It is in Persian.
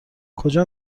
کجا